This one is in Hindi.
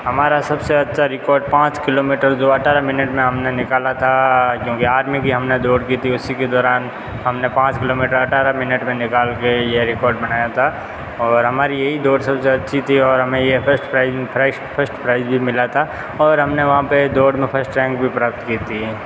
हमारा सब से अच्छा रिकॉर्ड पाँच किलोमीटर जो अट्ठारह मिनिट में हम ने निकाला था जो कि आर्मी की हम ने दौड़ की थी उसी के दौरान हम ने पाँच किलोमीटर अट्ठारह मिनिट में निकाल के ये रिकॉर्ड बनाया था और हमारी यही दौड़ सब से अच्छी थी और हमे ये फर्स्ट प्राइज फर्स्ट प्राइज भी मिला था और हम ने वहाँ पर दौड़ में फर्स्ट रैंक भी प्राप्त की थी